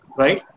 right